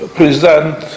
present